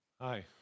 Hi